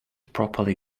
properly